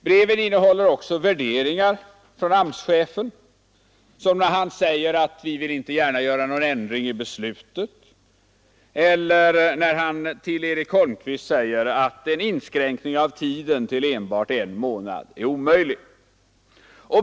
Breven innehåller också värderingar från AMS-chefen, som när han säger att AMS inte gärna vill göra någon ändring i beslutet eller när han påpekar för Eric Holmqvist att en inskränkning av tiden till enbart en månad är omöjlig.